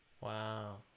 Wow